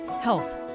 health